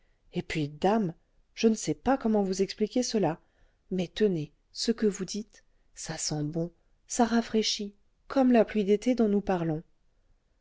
et puis dame je ne sais pas comment vous expliquer cela mais tenez ce que vous dites ça sent bon ça rafraîchit comme la pluie d'été dont nous parlons